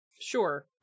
sure